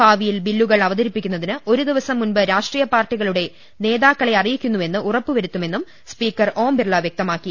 ഭാവിയിൽ ബില്ലുകൾ അവതരിപ്പിക്കുന്നതിന് ഒരു ദിവസം മുൻപ് രാഷ്ട്രീയപാർട്ടികളുടെ നേതാക്കുളെ അറിയിക്കുന്നുവെന്ന് ഉറപ്പുവരുത്തുമെന്നും സ്പീക്കർ ഓംബിർള വ്യക്തമാക്കി